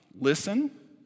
Listen